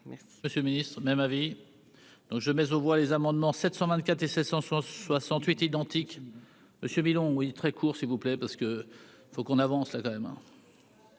Monsieur le Ministre, même avis. Donc je mais aux voix les amendements 724 et 1668 identique monsieur Milon oui très court, s'il vous plaît parce que faut qu'on avance là quand même